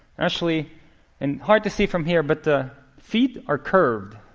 actually and hard to see from here, but the feet are curved.